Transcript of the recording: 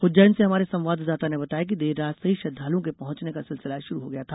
उज्जैन से हमारे संवाददाता ने बताया है कि देर रात से ही श्रद्वालुओं के पहुंचने का सिलसिला शुरू हो गया था